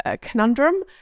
conundrum